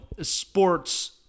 sports